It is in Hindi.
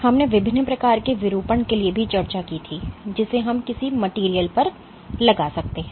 हमने विभिन्न प्रकार के विरूपण के लिए भी चर्चा की थी जिसे हम किसी मेटेरियल पर लगा सकते हैं